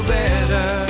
better